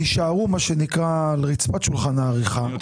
יישארו מה שנקרא על רצפת שולחן העריכה,